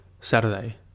Saturday